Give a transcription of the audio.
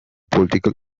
political